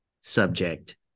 subject